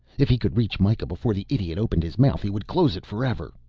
if he could reach mikah before the idiot opened his mouth he would close it forever,